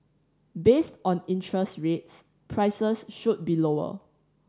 based on interest rates prices should be lower